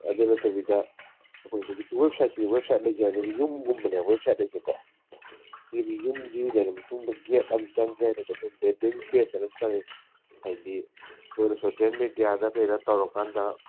ꯑꯗꯨ ꯅꯠꯇꯕꯤꯗ ꯑꯩꯈꯣꯏ ꯍꯧꯖꯤꯛꯀꯤ ꯋꯦꯕꯁꯥꯏꯠꯁꯤꯗꯤ ꯋꯦꯕꯁꯥꯏꯠ ꯂꯩꯖꯔꯅꯦꯕ ꯌꯨꯝꯒꯨꯝꯕꯅꯦ ꯋꯦꯕꯁꯥꯏꯠ ꯍꯥꯏꯁꯦꯀꯣ ꯁꯤꯒꯤ ꯌꯨꯝꯁꯤ ꯂꯩꯔ ꯃꯇꯨꯡꯗ ꯒꯦꯠ ꯑꯃ ꯆꯪꯒꯦ ꯍꯥꯏꯇꯔꯗꯤ ꯑꯩꯈꯣꯏꯅ ꯂꯦꯟꯗꯤꯡ ꯄꯦꯖ ꯑꯅ ꯑꯃ ꯆꯪꯉꯦꯀꯣ ꯍꯥꯏꯗꯤ ꯑꯩꯈꯣꯏꯅ ꯁꯣꯁꯦꯜ ꯃꯦꯗꯤꯌꯥꯗ ꯑꯩꯈꯣꯏ ꯔꯟ ꯇꯧꯔ ꯀꯥꯟꯗ